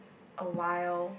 awhile